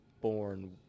born